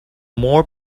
more